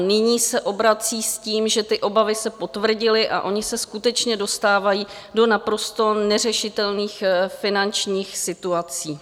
Nyní se obracejí s tím, že ty obavy se potvrdily a oni se skutečně dostávají do naprosto neřešitelných finančních situací.